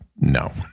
no